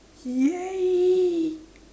!yay!